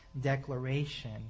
declaration